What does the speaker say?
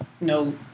no